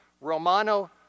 Romano